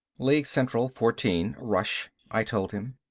league central fourteen rush, i told him.